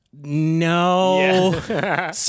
No